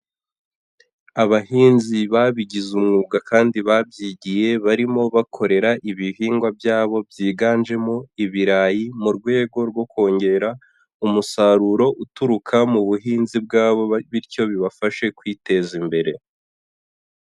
Abahinzi babigize umwuga kandi babyigiye barimo bakorera ibihingwa byabo byiganjemo ibirayi, mu rwego rwo kongera umusaruro uturuka mu buhinzi bwabo bityo bibafashe kwiteza imbere.